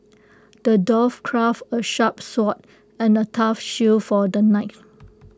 the dwarf crafted A sharp sword and A tough shield for the knight